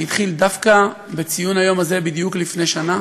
שהתחיל דווקא בציון היום הזה בדיוק לפני שנה,